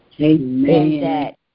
Amen